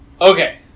Okay